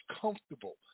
comfortable